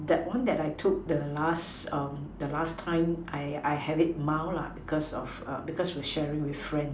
that one that I took the last um the last time I I had it mild lah because of err because we are sharing with friends